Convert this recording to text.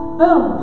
boom